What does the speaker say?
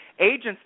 agents